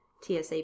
TSA